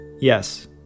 Yes